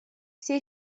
все